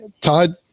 Todd